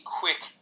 quick